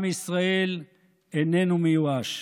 עם ישראל איננו מיואש.